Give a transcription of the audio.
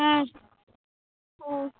ஆ ஆ